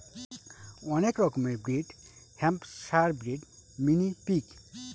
অনেক রকমের breed Hampshire breed, mini pig